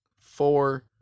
four